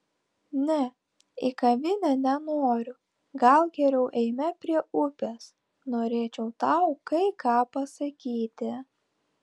ne į kavinę nenoriu gal geriau eime prie upės norėčiau tau kai ką pasakyti